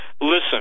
Listen